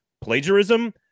plagiarism